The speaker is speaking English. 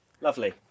Lovely